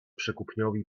przekupniowi